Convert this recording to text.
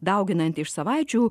dauginan iš savaičių